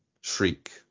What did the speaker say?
shriek